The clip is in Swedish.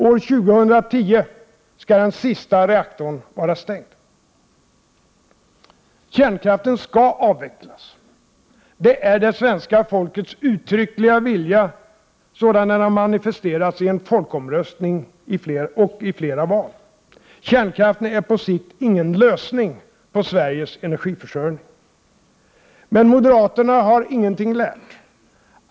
År 2010 skall den sista reaktorn vara avstängd. Kärnkraften skall avvecklas. Det är det svenska folkets uttryckliga vilja sådan den har manifesterats i en folkomröstning och i flera val. Kärnkraften är på sikt ingen lösning beträffande Sveriges energiförsörjning. Men moderaterna har ingenting lärt.